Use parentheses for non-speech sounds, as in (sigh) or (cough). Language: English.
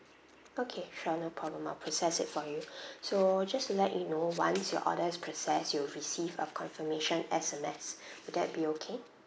okay sure no problem I'll process it for you (breath) so just to let you know once your order is processed you'll receive a confirmation S_M_S (breath) would that be okay